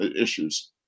issues